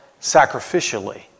sacrificially